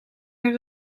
haar